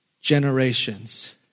generations